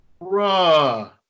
Bruh